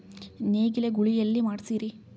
ನೇಗಿಲ ಗೂಳಿ ಎಲ್ಲಿ ಮಾಡಸೀರಿ?